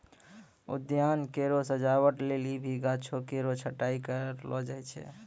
उद्यान केरो सजावट लेलि भी गाछो केरो छटाई कयलो जाय छै